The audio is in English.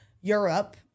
Europe